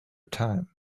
time